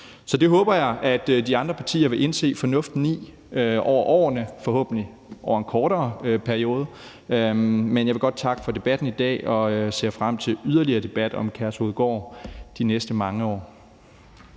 Det håber jeg at de andre partier vil indse fornuften i over årene og forhåbentlig over en kortere periode, men jeg vil godt takke for debatten i dag og ser frem til yderligere debat om Kærshovedgård de næste mange år.